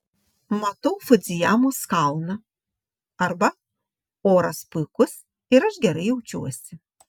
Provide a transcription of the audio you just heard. matau fudzijamos kalną arba oras puikus ir aš gerai jaučiuosi